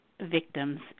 victims